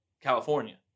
California